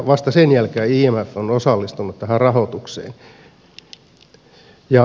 vasta sen jälkeen imf on osallistunut tähän rahoitukseen